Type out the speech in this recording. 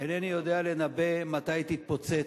אינני יודע לנבא מתי היא תתפוצץ.